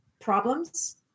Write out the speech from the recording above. problems